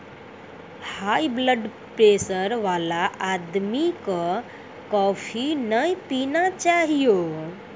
high blood pressure वाला आदमी कॅ कॉफी नय पीना चाहियो